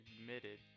admitted